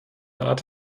art